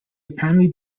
apparently